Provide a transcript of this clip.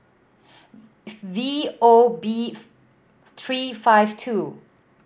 V O beef three five two